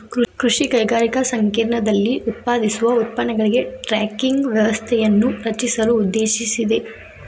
ಕೃಷಿ ಕೈಗಾರಿಕಾ ಸಂಕೇರ್ಣದಲ್ಲಿ ಉತ್ಪಾದಿಸುವ ಉತ್ಪನ್ನಗಳಿಗೆ ಟ್ರ್ಯಾಕಿಂಗ್ ವ್ಯವಸ್ಥೆಯನ್ನು ರಚಿಸಲು ಉದ್ದೇಶಿಸಿದೆ